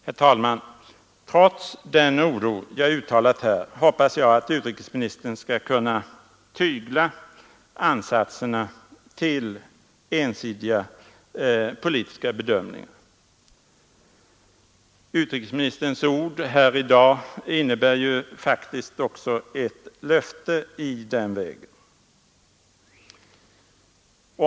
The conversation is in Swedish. Herr talman! Trots den oro jag uttalat här hoppas jag att utrikesministern skall kunna tygla ansatserna till ensidiga politiska bedömningar. Utrikesministerns ord här i dag innebär faktiskt också ett löfte i den vägen.